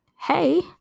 hey